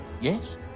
yes